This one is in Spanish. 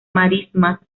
marismas